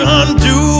undo